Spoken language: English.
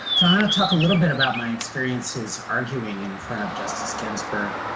so i want to talk a little bit about my experiences arguing in front of justice ginsburg.